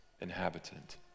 inhabitant